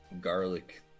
garlic